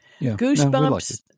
Goosebumps